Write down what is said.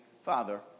Father